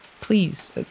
please